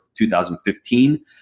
2015